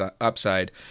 upside